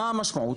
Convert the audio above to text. מה המשמעות?